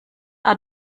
are